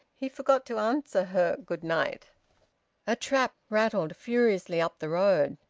he forgot to answer her good night a trap rattled furiously up the road.